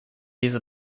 diese